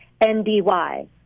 ndy